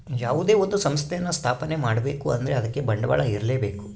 ಯಾವುದೇ ಒಂದು ಸಂಸ್ಥೆಯನ್ನು ಸ್ಥಾಪನೆ ಮಾಡ್ಬೇಕು ಅಂದ್ರೆ ಅದಕ್ಕೆ ಬಂಡವಾಳ ಇರ್ಲೇಬೇಕು